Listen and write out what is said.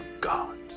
God